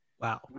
Wow